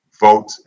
vote